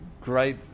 great